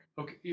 Okay